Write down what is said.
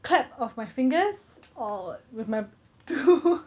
clap of my fingers or with my two